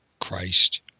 Christ